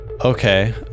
Okay